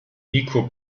niko